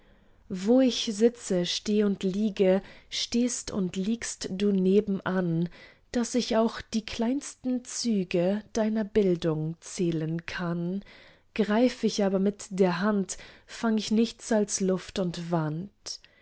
wo ich sitze steh und liege stehst und liegst du nebenan daß ich auch die kleinsten züge deiner bildung zählen kann greif ich aber mit der hand fang ich nichts als luft und wand